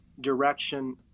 direction